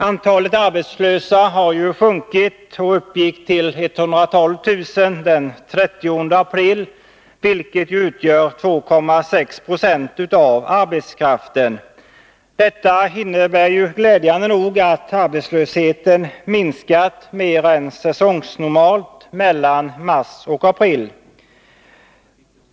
Antalet arbetslösa har sjunkit och uppgick till 112000 den 30 april, vilket utgör 2,6 7 av arbetskraften. Detta innebär, glädjande nog, att arbetslösheten har minskat mer än säsongnormalt mellan mars och april.